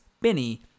Benny